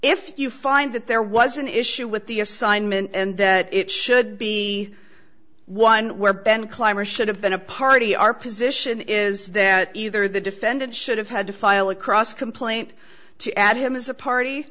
if you find that there was an issue with the assignment and it should be one where ben clymer should have been a party our position is that either the defendant should have had to file across complaint to add him as a party